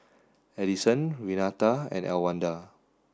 Addyson Renata and Elwanda